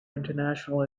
international